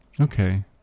Okay